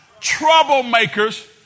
Troublemakers